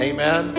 Amen